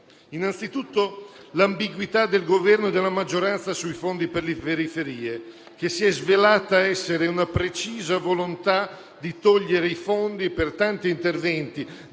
Innanzitutto l'ambiguità del Governo e della maggioranza sui fondi per le periferie, che si è svelata essere una precisa volontà di togliere i fondi per tanti interventi